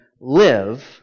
live